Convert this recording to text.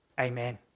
Amen